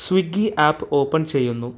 Swiggy app open ചെയ്യുന്നു